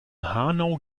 hanau